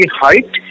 height